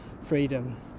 freedom